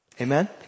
Amen